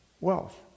wealth